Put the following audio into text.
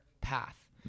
path